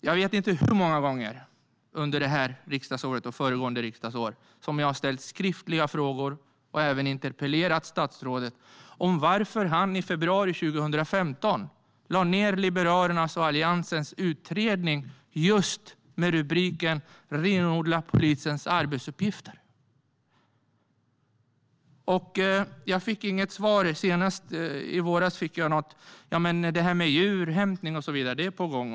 Jag vet inte hur många gånger under det här riksdagsåret och under föregående riksdagsår som jag har ställt skriftliga frågor och även interpellerat statsrådet om varför han i februari 2015 lade ned Liberalernas och Alliansens utredning som handlade just om att renodla polisens arbetsuppgifter. Jag fick inget svar senast. I våras fick jag något: Det här med djurhämtning och så vidare är på gång.